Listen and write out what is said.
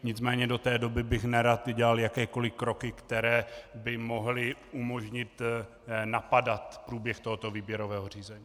Nicméně do té doby bych nerad dělal jakékoliv kroky, které by mohly umožnit napadat průběh tohoto výběrového řízení.